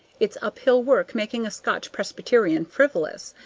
it's uphill work making a scotch presbyterian frivolous,